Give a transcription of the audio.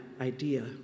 idea